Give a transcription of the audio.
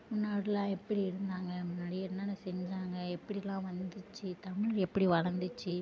முன்னாடிலாம் எப்படி இருந்தாங்க முன்னாடி என்னென்ன செஞ்சாங்க எப்படிலாம் வந்துச்சு தமிழ் எப்படி வளர்ந்துச்சி